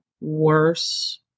Worse